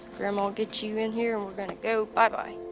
grandma'll get you in here, and we're gonna go bye-bye.